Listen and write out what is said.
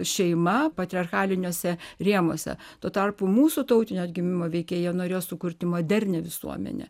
šeima patriarchaliniuose rėmuose tuo tarpu mūsų tautinio atgimimo veikėjai jie norėjo sukurti modernią visuomenę